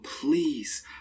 please